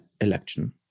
election